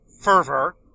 fervor